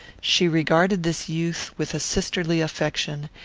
she regarded this youth with a sisterly affection,